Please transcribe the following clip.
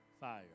fire